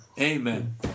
Amen